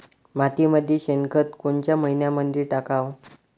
मातीमंदी शेणखत कोनच्या मइन्यामंधी टाकाव?